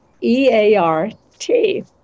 E-A-R-T